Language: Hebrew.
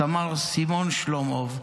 סמ"ר סימון שלומוב,